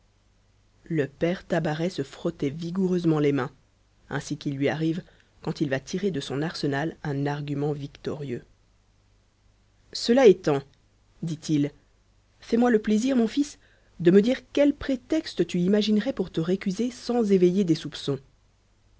le père tabaret se frottait vigoureusement les mains ainsi qu'il lui arrive quand il va tirer de son arsenal un argument victorieux cela étant dit-il fais-moi le plaisir mon fils de me dire quel prétexte tu imaginerais pour te récuser sans éveiller des soupçons